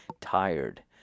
tired